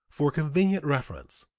for convenient reference,